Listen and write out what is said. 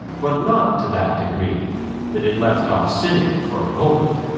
but not to that degree that it left off sinning for a moment.